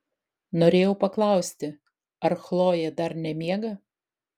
norėjau paklausti ar chlojė dar nemiega